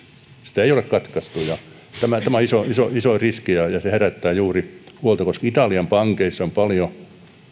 sitä ei ole katkaistu ja tämä on iso iso riski ja ja se herättää juuri huolta koska italian pankeissa on paljon